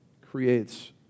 creates